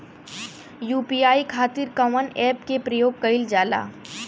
UPI खातीर कवन ऐपके प्रयोग कइलजाला?